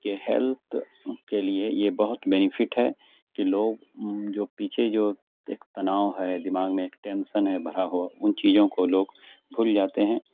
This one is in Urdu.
کہ ہیلتھ کے لیے یہ بہت بینیفٹ ہے کہ لوگ جو پیچھے جو ایک تناؤ ہے دماغ میں ایک ٹینسن ہے بھرا ہوا ان چیزوں کو لوگ بھول جاتے ہیں